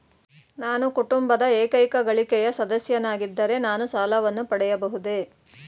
ನಾನು ಕುಟುಂಬದ ಏಕೈಕ ಗಳಿಕೆಯ ಸದಸ್ಯನಾಗಿದ್ದರೆ ನಾನು ಸಾಲವನ್ನು ಪಡೆಯಬಹುದೇ?